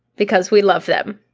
because we love them.